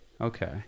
okay